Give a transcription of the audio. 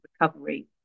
recovery